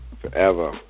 Forever